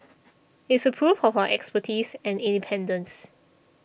it's a proof of our expertise and independence